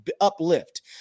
uplift